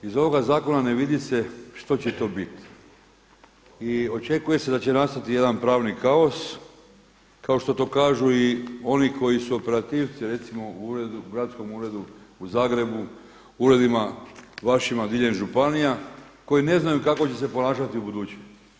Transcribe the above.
Iz ovoga zakona ne vidi se što će to biti i očekuje se da će nastati jedan pravni kaos kao što to kažu i oni koji su operativci recimo u gradskom uredu u Zagrebu, uredima vašim diljem županija koji ne znaju kako će se ponašati u buduće.